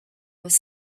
was